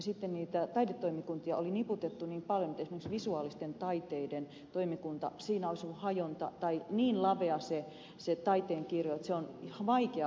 sitten niitä taidetoimikuntia oli niputettu niin paljon että esimerkiksi visuaalisten taiteiden toimikunnassa olisi ollut niin lavea se taiteen kirjo että sitä on vaikea hallinnoida